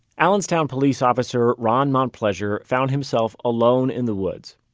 allenstown police officer ron montplaisir found himself alone in the woods,